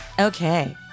Okay